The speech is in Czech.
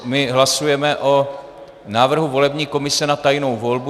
My hlasujeme o návrhu volební komise na tajnou volbu.